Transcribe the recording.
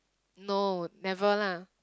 no never lah